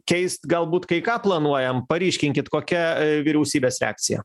keist galbūt kai ką planuojam paryškinkit kokia vyriausybės reakcija